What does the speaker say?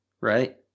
Right